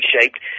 shaped